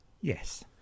Yes